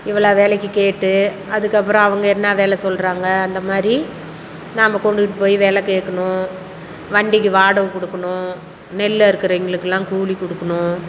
இவ்வளோ விலைக்கு கேட்டு அதுக்கப்புறம் அவங்க என்ன வெலை சொல்கிறாங்க அந்தமாதிரி நாம் கொண்டுக்கிட்டு போய் வெலை கேட்கணும் வண்டிக்கு வாடகை கொடுக்கணும் நெல் அறுக்குறவங்களுக்குலாம் கூலி குடுக்கணும்